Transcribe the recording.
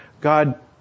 God